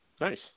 Nice